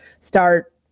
start